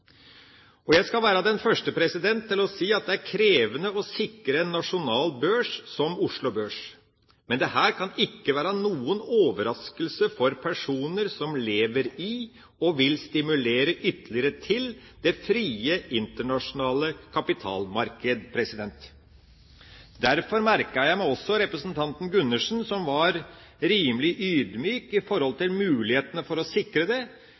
Jeg skal være den første til å si at det er krevende å sikre en nasjonal børs som Oslo Børs, men dette kan ikke være noen overraskelse for personer som lever i og vil stimulere ytterligere til det frie internasjonale kapitalmarked. Derfor merket jeg meg også representanten Gundersen, som var rimelig ydmyk når det gjelder mulighetene for å sikre det,